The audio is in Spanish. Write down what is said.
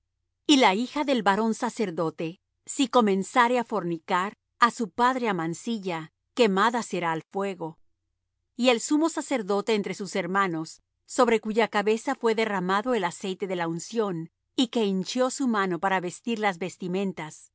y la hija del varón sacerdote si comenzare á fornicar á su padre amancilla quemada será al fuego y el sumo sacerdote entre sus hermanos sobre cuya cabeza fué derramado el aceite de la unción y que hinchió su mano para vestir las vestimentas